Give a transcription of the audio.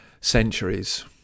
centuries